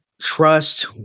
trust